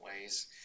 ways